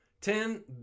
Ten